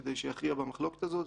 כדי שיכריע במחלוקת הזאת.